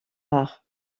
rares